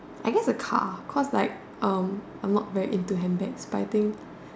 I guess a car cause like um I'm not very into handbags but I think